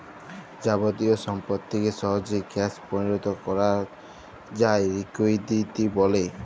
যাবতীয় সম্পত্তিকে সহজে ক্যাশ পরিলত করাক যায় লিকুইডিটি ব্যলে